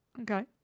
Okay